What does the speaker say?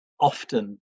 often